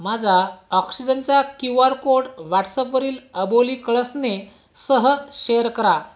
माझा ऑक्सिजनचा Q R code व्हाट्सअपवरील अबोली कळसनेसह शेअर करा